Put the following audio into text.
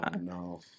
no